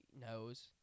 knows